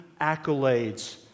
accolades